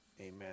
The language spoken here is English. Amen